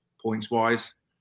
points-wise